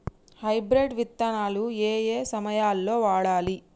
Hybrid విత్తనాలు ఏయే సమయాల్లో వాడాలి?